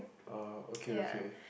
oh okay okay